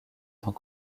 tant